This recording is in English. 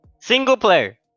Single-player